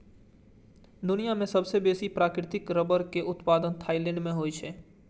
दुनिया मे सबसं बेसी प्राकृतिक रबड़ के उत्पादन थाईलैंड मे होइ छै